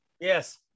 Yes